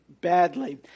badly